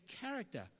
character